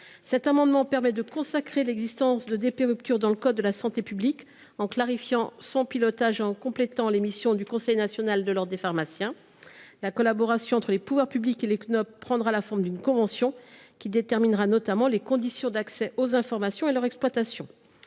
Cet amendement vise à consacrer l’existence de DP Ruptures dans le code de la santé publique, en clarifiant son pilotage et en complétant les missions du Cnop. La collaboration entre les pouvoirs publics et le Cnop prendra la forme d’une convention, qui déterminera notamment les conditions d’accès aux informations et leur exploitation.